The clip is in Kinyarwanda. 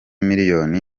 miliyoni